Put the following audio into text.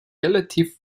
relativ